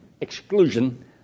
exclusion